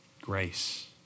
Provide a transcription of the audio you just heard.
grace